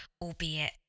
albeit